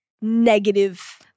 negative